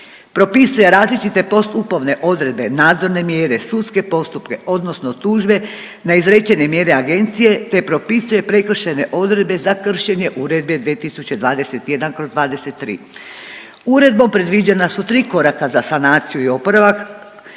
Propisuje različite postupovne odredbe. nadzorne mjere, sudske postupke odnosno tužbe na izrečene mjere Agencije te propisuje prekršajne odredbe za kršenje Uredbe 2021/23. Uredbom, predviđena su 3 koraka za sanaciju i oporavak,